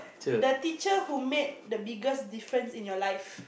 the teacher who made the biggest difference in your life